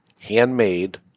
handmade